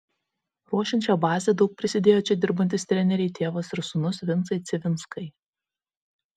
ruošiant šią bazę daug prisidėjo čia dirbantys treneriai tėvas ir sūnus vincai civinskai